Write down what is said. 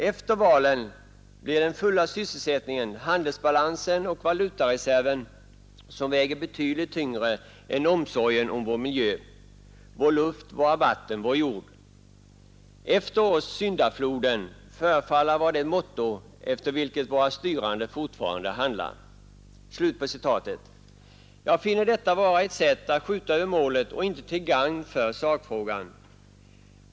Efter valen blir det den fulla sysselsättningen, handelsbalansen och valutareserven som väger betydligt tyngre än omsorgen om vår miljö, vår luft, våra vatten, vår jord. ”Efter oss syndafloden” förefaller vara det motto efter vilket våra styrande handlat och fortfarande handlar.” Jag anser detta vara att skjuta över målet, och det är inte till gagn för sakfrågan.